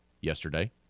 yesterday